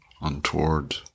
untoward